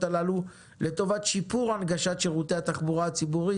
הללו לטובת שיפור הנגשת שירותי התחבורה הציבורית.